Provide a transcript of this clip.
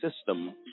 system